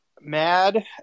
mad